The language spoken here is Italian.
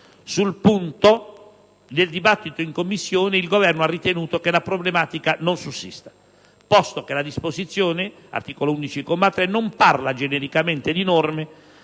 Sul punto, nel dibattito in Commissione, il Governo ha ritenuto che la problematica non sussista, posto che la disposizione (articolo 11, comma 3) non parla genericamente di norme,